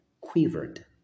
quivered